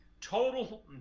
total